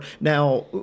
Now